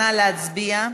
נא להצביע.